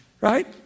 right